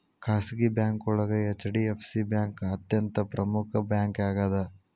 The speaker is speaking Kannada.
ಖಾಸಗಿ ಬ್ಯಾಂಕೋಳಗ ಹೆಚ್.ಡಿ.ಎಫ್.ಸಿ ಬ್ಯಾಂಕ್ ಅತ್ಯಂತ ಪ್ರಮುಖ್ ಬ್ಯಾಂಕಾಗ್ಯದ